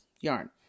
Yarn